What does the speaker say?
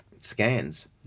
scans